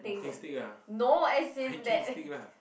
walking stick ah hiking stick lah